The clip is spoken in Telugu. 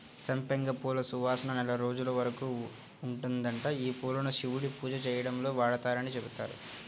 సంపెంగ పూల సువాసన నెల రోజుల వరకు ఉంటదంట, యీ పూలను శివుడికి పూజ చేయడంలో వాడరని చెబుతారు